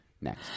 Next